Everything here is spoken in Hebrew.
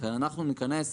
כשאנחנו ניכנס